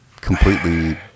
completely